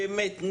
באמת,